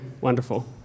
Wonderful